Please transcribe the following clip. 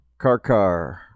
Karkar